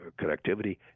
connectivity